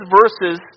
verses